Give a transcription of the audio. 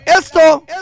Esto